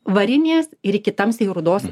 varinės ir iki tamsiai rudos